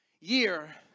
year